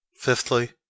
Fifthly